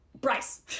Bryce